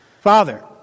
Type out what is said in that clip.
Father